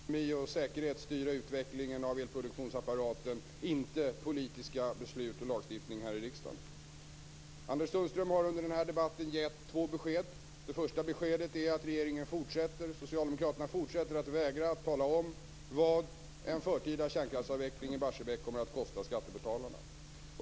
Fru talman! Jag förstod ärligt talat inte frågan. Vi moderater vill låta ekonomi och säkerhet styra utvecklingen av elproduktionsapparaten, inte politiska beslut och lagstiftning här i riksdagen. Anders Sundström har under den här debatten gett två besked. Det första beskedet är att regeringen och socialdemokraterna fortsätter att vägra att tala om vad en förtida kärnkraftsavveckling i Barsebäck kommer att kosta skattebetalarna.